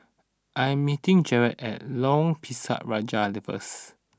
I am meeting Jarett at Lorong Pisang Raja first